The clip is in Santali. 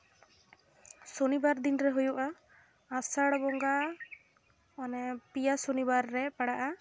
ᱥᱚᱱᱤᱵᱟᱨ ᱫᱤᱱ ᱨᱮ ᱦᱩᱭᱩᱜᱼᱟ ᱟᱥᱟᱲ ᱵᱚᱸᱜᱟ ᱢᱟᱱᱮ ᱯᱮᱭᱟ ᱥᱚᱱᱤ ᱵᱟᱨ ᱨᱮ ᱯᱟᱲᱟᱜᱼᱟ